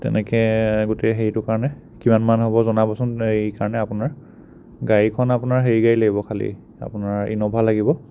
তেনেকৈ গোটেই হেৰিটোৰ কাৰণে কিমানমান হ'ব জনাবচোন হেৰিৰ কাৰণে আপোনাৰ গাড়ীখন আপোনাৰ হেৰি গাড়ী লাগিব খালি আপোনাৰ ইন'ভা লাগিব